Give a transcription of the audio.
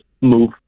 move